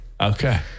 Okay